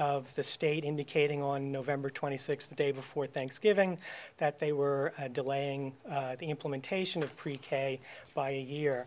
of the state indicating on november twenty sixth the day before thanksgiving that they were delaying the implementation of pre k by ear